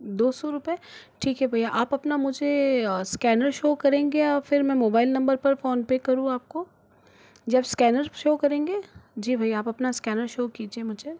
दो सौ रुपये ठीक है भैया आप अपना मुझे स्कैनर शो करेंगे या फिर मैं मोबाइल नंबर पर फ़ोनपे करूँ आप को जब स्कैनर शो करेंगे जी भय्या आप अपना स्कैनर शो कीजिए मुझे